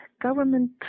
government